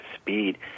speed